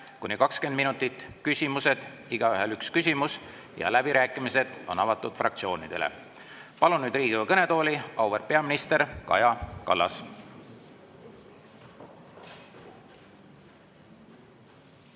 kuni 20 minutit, siis küsimused, igaühel üks küsimus, ja läbirääkimised on avatud fraktsioonidele. Palun Riigikogu kõnetooli auväärt peaministri Kaja Kallase.